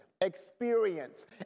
experience